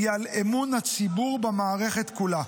היא על אמון הציבור במערכת כולה.